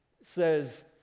says